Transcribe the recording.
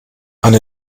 eine